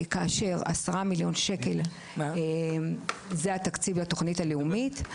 כאשר 10 מיליון ₪ זה התקציב לתוכנית הלאומית,